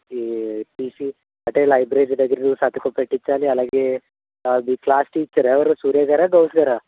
ఈ టీసీ అంటే లైబ్రరీ దగ్గర నువ్వు సంతకం పెట్టిచ్చాలి అలాగే మీ క్లాస్ టీచర్ ఎవరు సూర్యగారా గౌస్గారా